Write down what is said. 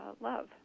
love